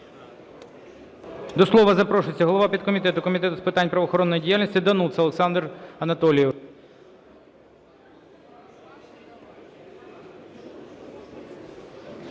До слова запрошується голова підкомітету Комітету з питань правоохоронної діяльності Дануца Олександр Анатолійович.